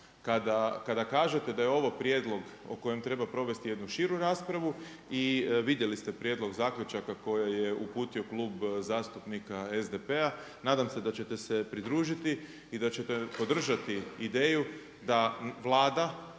kada kažete da je ovo prijedlog o kojem treba provesti jednu širu raspravu. I vidjeli ste prijedlog zaključaka koje je uputio Klub zastupnika SDP-a, nadam se da ćete se pridružiti i da ćete podržati ideju da Vlada